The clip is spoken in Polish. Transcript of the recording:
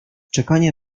czekanie